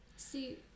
see